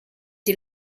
die